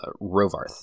Rovarth